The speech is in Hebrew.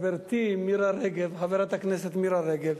חברתי, חברת הכנסת מירי רגב,